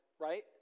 right